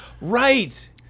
Right